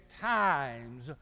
times